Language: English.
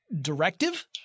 directive